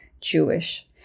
Jewish